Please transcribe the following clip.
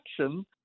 action